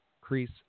crease